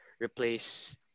replace